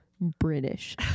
british